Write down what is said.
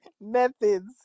methods